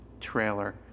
trailer